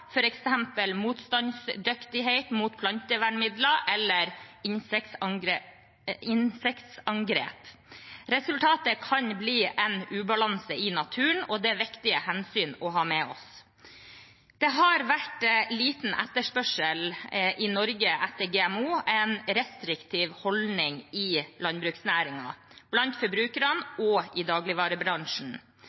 bli en ubalanse i naturen, og det er viktig hensyn å ha med oss. Det har vært liten etterspørsel i Norge etter GMO. Det er en restriktiv holdning i landbruksnæringen, blant forbrukerne og i dagligvarebransjen.